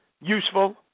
useful